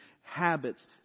habits